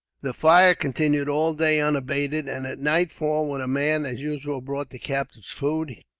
the fire continued all day unabated and at nightfall, when a man, as usual, brought the captives food,